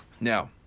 Now